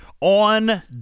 On